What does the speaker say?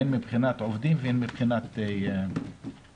הן מבחינת עובדים והן מבחינת מתנדבים.